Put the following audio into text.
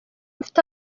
mfite